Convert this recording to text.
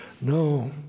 no